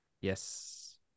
Yes